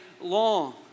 long